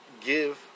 give